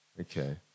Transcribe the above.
Okay